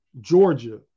Georgia